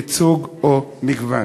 ייצוג או מגוון?